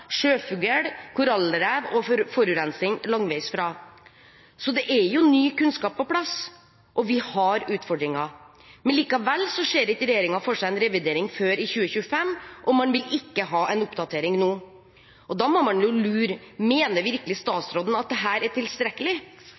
sjøfugl, korallrev og forurensning langveisfra. Så det er ny kunnskap på plass, og vi har utfordringer. Men likevel ser ikke regjeringen for seg en revidering før i 2025, og man vil ikke ha en oppdatering nå. Da må man lure: Mener virkelig statsråden at dette er tilstrekkelig?